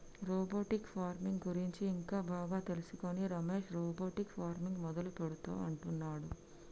robotic farming గురించి ఇంకా బాగా తెలుసుకొని రమేష్ రోబోటిక్ ఫార్మింగ్ మొదలు పెడుతా అంటున్నాడు